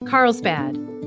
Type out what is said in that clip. Carlsbad